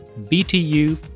btu